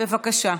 בבקשה.